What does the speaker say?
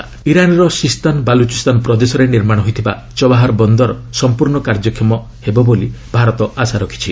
India Iran ଇରାନ୍ର Sistan Baluchistan ପ୍ରଦେଶରେ ନିର୍ମାଣ ହୋଇଥିବା ଚବାହାର ବନ୍ଦର ସମ୍ପର୍ଶ୍ଣ କାର୍ଯ୍ୟକ୍ଷମ ହେବ ବୋଲି ଭାରତ ଆଶା ରଖିଛି